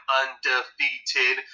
undefeated